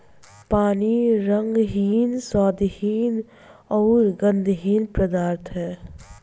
पानी रंगहीन, स्वादहीन अउरी गंधहीन पदार्थ ह